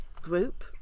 group